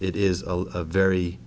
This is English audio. it is a very